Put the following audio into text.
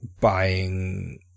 buying